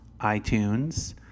iTunes